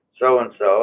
so-and-so